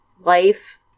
life